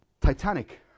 Titanic